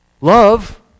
Love